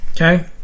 okay